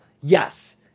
Yes